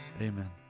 Amen